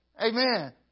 Amen